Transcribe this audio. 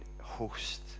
host